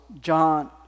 John